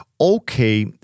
Okay